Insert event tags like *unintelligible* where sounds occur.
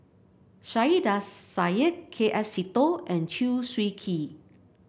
Saiedah *unintelligible* Said K S Seetoh and Chew Swee Kee